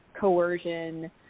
coercion